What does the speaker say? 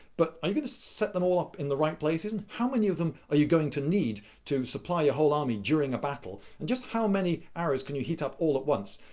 but are you going to set them all up in the right places? and how many of them are you going to need to supply your whole army during a battle? and just how many arrows can you heat up all at once?